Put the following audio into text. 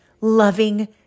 loving